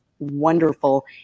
wonderful